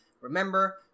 remember